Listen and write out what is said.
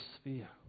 sphere